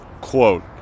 quote